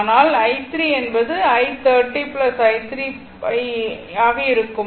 அதனால் i3 என்பது i30 i3 ஆக இருக்கும்